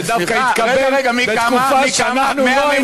ודווקא התקבל בתקופה שאנחנו לא היינו